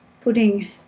putting